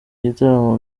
igitaramo